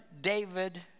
David